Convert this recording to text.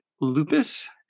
lupus